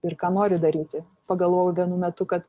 ir ką nori daryti pagalvojau vienu metu kad